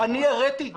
ברשותך, אני אסיים.